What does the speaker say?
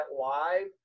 live